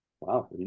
wow